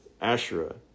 Asherah